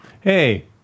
hey